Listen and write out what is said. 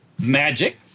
Magic